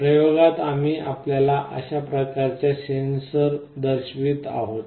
प्रयोगात आम्ही आपल्याला अशा प्रकारच्या सेन्सर दर्शवित आहोत